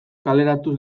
kaleratu